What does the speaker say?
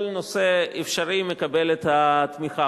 כל נושא אפשרי מקבל את התמיכה.